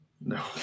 No